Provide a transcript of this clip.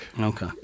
Okay